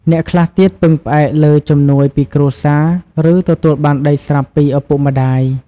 អ្នកខ្លះទៀតពឹងផ្អែកលើជំនួយពីគ្រួសារ ឬ ទទួលបានដីស្រាប់ពីឪពុកម្ដាយ។